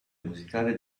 musicale